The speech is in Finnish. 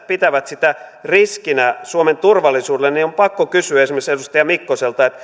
pitävät sitä riskinä suomen turvallisuudelle niin on pakko kysyä esimerkiksi edustaja mikkoselta